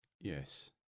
Yes